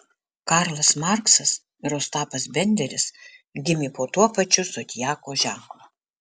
karlas marksas ir ostapas benderis gimė po tuo pačiu zodiako ženklu